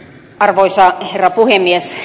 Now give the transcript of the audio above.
arvoisa herra puhemies